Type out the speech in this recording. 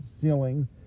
ceiling